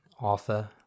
author